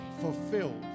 fulfilled